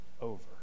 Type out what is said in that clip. over